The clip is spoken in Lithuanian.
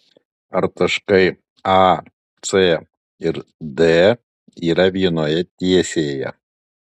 ar taškai a c ir d yra vienoje tiesėje